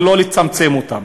ולא לצמצם אותם.